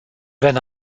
wenn